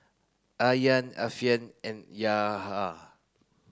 Aryan Alfian and Yahya